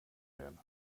werden